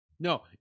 No